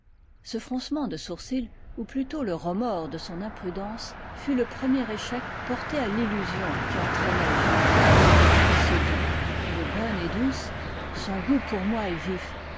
ce froncement de sourcil ou plutôt le remords de son imprudence fut le premier échec porté à l'illusion qui entraînait julien il se dit elle est bonne et douce son goût pour moi est vif